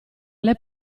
alle